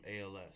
ALS